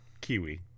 kiwi